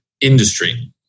industry